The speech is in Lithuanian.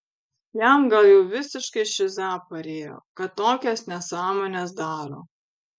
jam gal jau visiškai šiza parėjo kad tokias nesąmones daro